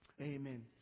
amen